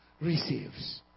receives